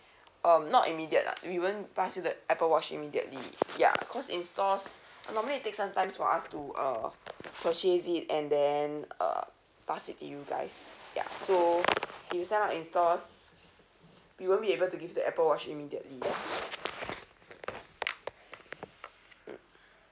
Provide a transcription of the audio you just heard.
um not immediate lah we won't pass you the apple watch immediately ya cause in stores normally it take some time for us to uh purchase it and then uh pass it to you guys ya so you sign up in stores we won't be able to give the apple watch immediately